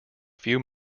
few